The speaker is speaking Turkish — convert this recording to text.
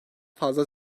fazla